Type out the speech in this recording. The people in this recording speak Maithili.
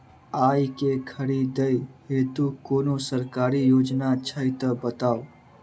आइ केँ खरीदै हेतु कोनो सरकारी योजना छै तऽ बताउ?